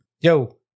Yo